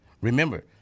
Remember